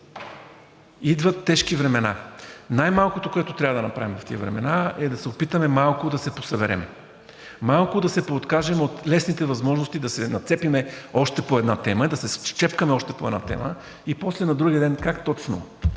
Идват тежки времена. Най-малкото, което трябва да направим в тези времена, е да се опитаме малко да се посъберем, малко да се пооткажем от лесните възможности да се нацепим още по една тема и да се счепкаме още по една тема и после на другия ден как точно,